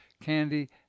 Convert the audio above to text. candy